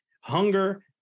hunger